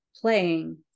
playing